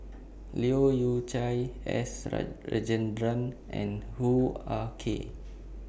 Leu Yew Chye S Rajendran and Hoo Ah Kay